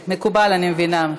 מקובל, אני מבינה.